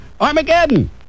Armageddon